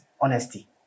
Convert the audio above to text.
honesty